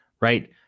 right